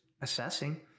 assessing